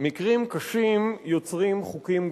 מקרים קשים יוצרים חוקים גרועים,